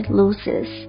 loses